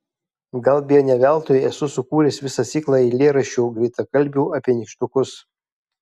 gal beje ne veltui esu sukūręs visą ciklą eilėraščių greitakalbių apie nykštukus